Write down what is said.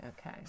Okay